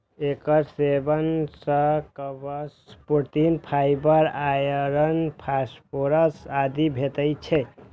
एकर सेवन सं carbs, protein, fibre, iron, phosphorus आदि भेटै छै